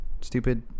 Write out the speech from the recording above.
stupid